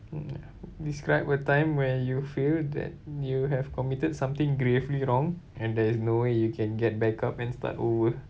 ya describe a time where you feel that you have committed something gravely wrong and there is no way you can get back up and start over